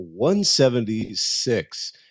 176